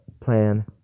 Plan